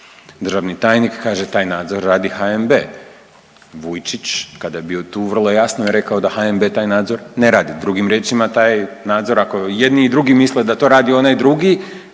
Državni tajnik kaže taj nadzor radi HNB. Vujčić kada je bio tu vrlo jasno je rekao da HNB taj nadzor ne radi. Drugim riječima taj nadzor ako jedni i drugi misle da to radi onaj drugi